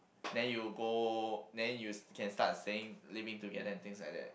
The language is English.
then you go then you can start saying living together and things like that